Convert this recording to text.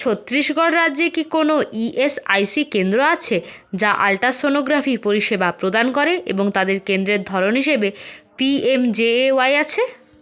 ছত্তিশগড় রাজ্যে কি কোনও ইএসআইসি কেন্দ্র আছে যা আল্ট্রাসনোগ্রাফি পরিষেবা প্রদান করে এবং তাদের কেন্দ্রের ধরন হিসাবে পিএমজেএওয়াই আছে